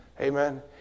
Amen